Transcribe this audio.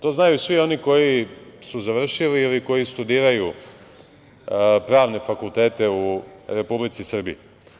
To znaju svi oni koji su završili ili koji studiraju pravne fakultete u Republici Srbiji.